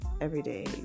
everyday